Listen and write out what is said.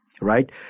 right